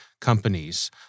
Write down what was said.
companies